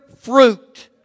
fruit